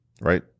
right